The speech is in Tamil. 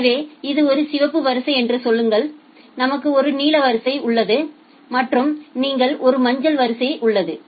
எனவே இது ஒரு சிவப்பு வரிசை என்று சொல்லுங்கள் நமக்கு ஒரு நீல வரிசை உள்ளது மற்றும் நமக்கு ஒரு மஞ்சள் வரிசை உள்ளது